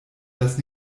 das